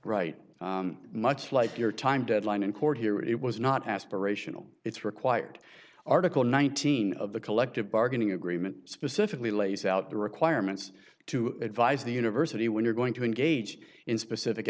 right much like your time deadline in court here it was not aspirational it's required article nineteen of the collective bargaining agreement specifically lays out the requirements to advise the university when you're going to engage in specific